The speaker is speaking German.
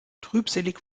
trübselig